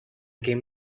came